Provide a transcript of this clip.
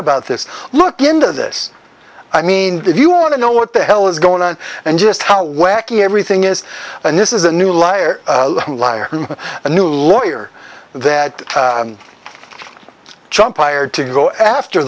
about this look into this i mean if you want to know what the hell is going on and just how wacky everything is and this is a new liar liar a new lawyer that chump hired to go after